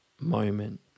moment